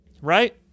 Right